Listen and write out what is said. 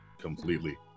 completely